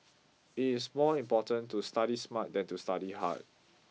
it is more important to study smart than to study hard